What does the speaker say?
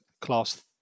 class